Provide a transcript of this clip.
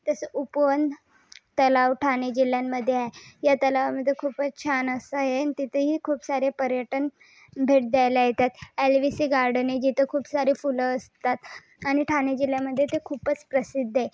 तसंच उपवन तलाव ठाणे जिल्ह्यामध्ये आहे या तलावामध्ये खूपच छान असं आहे तिथेही खूप सारे पर्यटन भेट द्यायला येतात एल वि सी गार्डन आहे जिथे खूप सारी फुलं असतात आणि ठाणे जिल्ह्यामध्ये ते खूपच प्रसिद्ध आहे